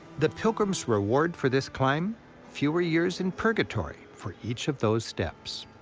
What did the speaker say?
the pilgrim's reward for this climb fewer years in purgatory for each of those steps.